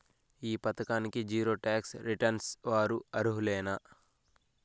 ఈ పథకానికి zero tax returns వారు అర్హులేనా లేనా?